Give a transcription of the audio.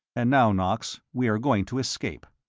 and now, knox, we are going to escape.